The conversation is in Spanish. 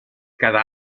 cada